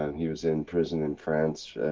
and he was imprisoned in france.